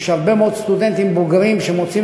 יש הרבה מאוד סטודנטים בוגרים שמוצאים